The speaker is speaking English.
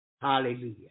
Hallelujah